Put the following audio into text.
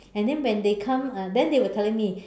and then when they come uh then they were telling me